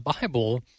Bible